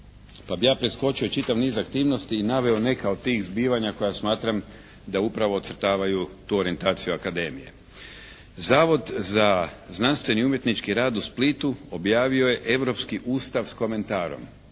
Pa bi ja preskočio čitav niz aktivnosti i naveo neka od tih zbivanja koja smatram da upravo ocrtavaju tu orijentaciju akademije. Zavod za znanstveni umjetnički rad u Splitu objavio je europski Ustav s komentarom,